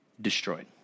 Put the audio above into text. destroyed